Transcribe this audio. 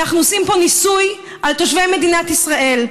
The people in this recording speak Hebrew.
אנחנו עושים פה ניסוי על תושבי מדינת ישראל.